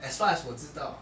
as far as 我知道